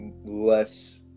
less